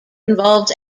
involves